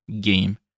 game